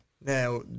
now